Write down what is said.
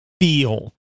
feel